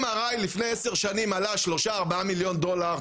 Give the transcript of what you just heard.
לפני עשר שנים MRI עלה 4-3 מיליון דולר,